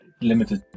limited